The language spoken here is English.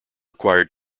required